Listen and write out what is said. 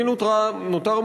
אני נותר מוטרד,